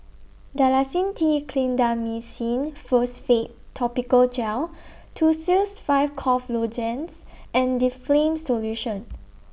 Dalacin T Clindamycin Phosphate Topical Gel Tussils five Cough Lozenges and Difflam Solution